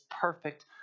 perfect